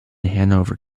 hanover